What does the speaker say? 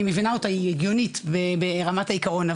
אני מבינה אותה והיא הגיונית ברמת העיקרון,